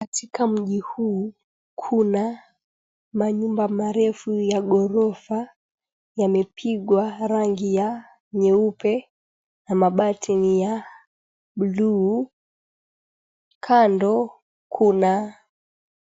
Katika mji huu kuna manyumba marefu ya ghorofa, yamepigwa rangi ya nyeupe na mabati ni ya buluu. Kando kuna